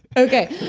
okay,